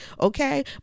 okay